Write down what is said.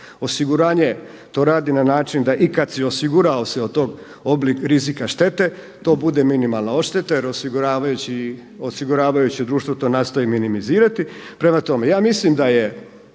Osiguranje to radi na način da i kad si osigurao se od tog rizika štete to bude minimalna odšteta jer osiguravajuće društvo to nastoji minimizirati. Prema tome, ja mislim da je